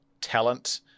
talent